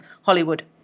Hollywood